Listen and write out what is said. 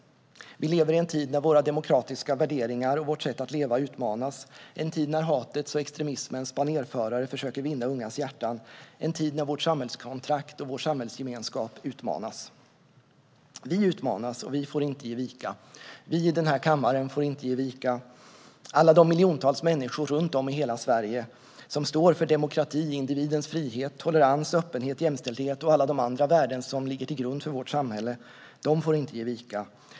Vi lever i en tid när våra demokratiska värderingar och vårt sätt att leva utmanas. Vi lever i en tid när hatets och extremismens banerförare försöker att vinna ungas hjärtan - en tid när vårt samhällskontrakt och vår samhällsgemenskap prövas. Vi utmanas, och vi får inte ge vika. Vi i den här kammaren får inte ge vika. Alla de miljontals människor runt om i hela Sverige som står för demokrati, individens frihet, tolerans, öppenhet, jämställdhet och alla de andra värden som ligger till grund för vårt samhälle får inte ge vika.